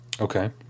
Okay